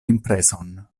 impreson